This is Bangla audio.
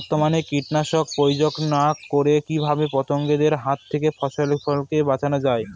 বর্তমানে কীটনাশক প্রয়োগ না করে কিভাবে পতঙ্গদের হাত থেকে ফসলকে বাঁচানো যায়?